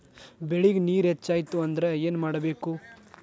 ಬೆಳೇಗ್ ನೇರ ಹೆಚ್ಚಾಯ್ತು ಅಂದ್ರೆ ಏನು ಮಾಡಬೇಕು?